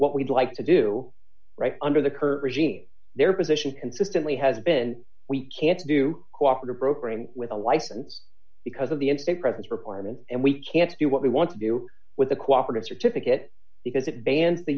what we'd like to do right under the current regime their position consistently has been we can't do cooperative program with a license because of the in state presence requirement and we can't do what we want to do with a cooperative certificate because it bans the